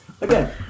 again